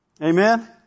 Amen